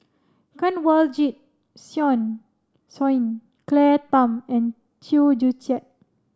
Kanwaljit Soin Soin Claire Tham and Chew Joo Chiat